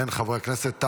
אין חברי כנסת.